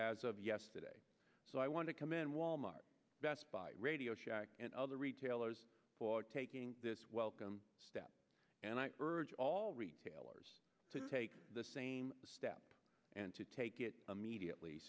as of yesterday so i want to commend wal mart best buy radio shack and other retailers for taking this welcome step and i urge all retailers to take the same step and to take it immediately